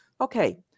Okay